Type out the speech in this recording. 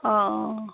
অঁ অঁ